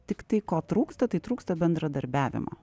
tiktai ko trūksta tai trūksta bendradarbiavimo